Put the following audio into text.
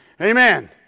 Amen